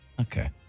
Okay